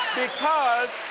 because,